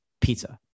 pizza